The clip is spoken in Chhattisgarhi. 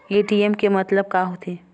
ए.टी.एम के मतलब का होथे?